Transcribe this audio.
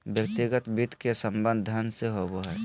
व्यक्तिगत वित्त के संबंध धन से होबो हइ